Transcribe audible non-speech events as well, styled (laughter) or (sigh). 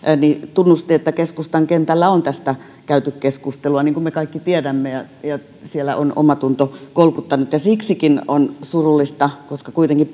tunnusti että keskustan kentällä on tästä käyty keskustelua niin kuin me kaikki tiedämme ja ja siellä on omatunto kolkuttanut siksikin on surullista koska kuitenkin (unintelligible)